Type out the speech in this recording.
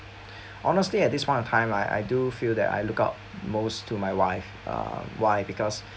honestly at this point of time I I do feel that I look up most to my wife uh why because